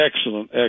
excellent